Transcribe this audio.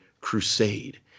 Crusade